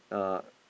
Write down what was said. uh